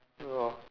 orh